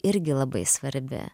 irgi labai svarbi